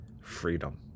freedom